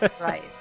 Right